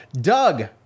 Doug